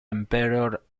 emperor